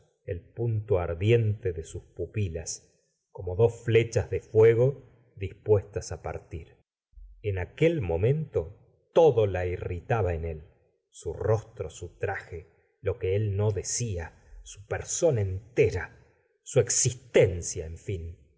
el punto ardiente de sus pupilas como dos flechas de fuego dispuestas á partir en aquel momento todo la irritaba en él su rostro su traje lo que él no decía su persona entera su existencia en fin